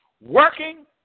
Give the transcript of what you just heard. Working